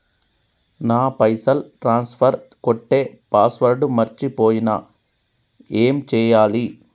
నా పైసల్ ట్రాన్స్ఫర్ కొట్టే పాస్వర్డ్ మర్చిపోయిన ఏం చేయాలి?